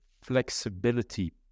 flexibility